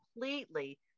completely